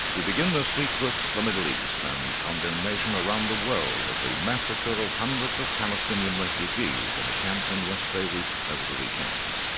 we begin this week with the middle east, and condemnation around the world of the massacre of hundreds of palestinian refugees in and a camp in west beirut over the weekend.